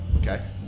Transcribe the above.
Okay